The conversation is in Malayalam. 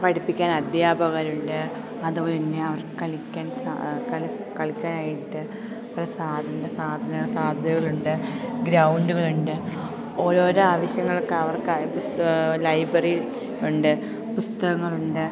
പഠിപ്പിക്കാൻ അദ്ധ്യാപകരുണ്ട് അതുപോലെതന്നെ അവർക്ക് കളിക്കാനായിട്ട് സാധനങ്ങളുണ്ട് ഗ്രൗണ്ടുകളുണ്ട് ഓരോരോ ആവശ്യങ്ങളൊക്കെ അവർക്ക് ലൈബ്രറി ഉണ്ട് പുസ്തകങ്ങളുണ്ട്